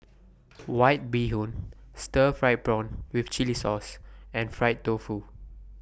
White Bee Hoon Stir Fried Prawn with Chili Sauce and Fried Tofu